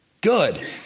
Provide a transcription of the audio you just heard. good